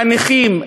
לנכים,